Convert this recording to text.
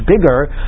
bigger